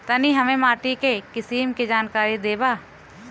तनि हमें माटी के किसीम के जानकारी देबा?